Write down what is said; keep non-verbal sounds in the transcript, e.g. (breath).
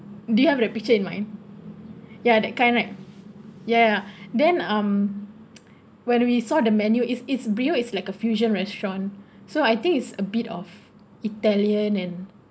do you have that picture in mind ya that kind right ya ya (breath) then um when we saw the menu it's it's real it's like a fusion restaurant so I think it's a bit of italian and